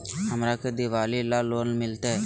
हमरा के दिवाली ला लोन मिलते?